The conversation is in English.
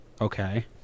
Okay